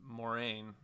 Moraine